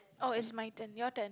oh it's my turn your turn